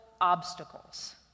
obstacles